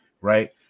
right